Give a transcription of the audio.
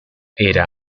era